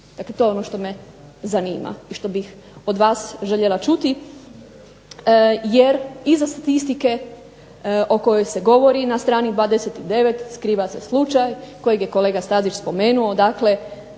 Dakle, to je ono što me zanima i što bih od vas željela čuti. Jer iza statistike o kojoj se govori na str. 29 skriva se slučaj kojeg je kolega Stazić spomenuo, dakle